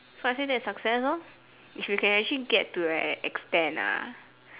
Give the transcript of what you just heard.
so I say that's success lor if you can actually get to an an extend ah